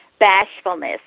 bashfulness